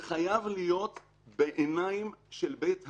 זה חייב להיות בעיניים של בית הדין.